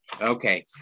Okay